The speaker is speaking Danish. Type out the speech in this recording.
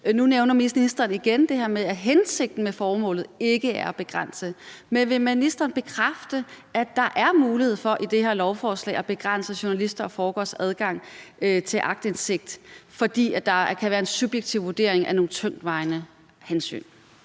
Nu nævner ministeren igen, at hensigten med forslaget ikke er at begrænse. Men vil ministeren bekræfte, at der er mulighed for i det her lovforslag at begrænse journalisters og forskeres adgang til aktindsigt, fordi der kan være en subjektiv vurdering af nogle tungtvejende hensyn?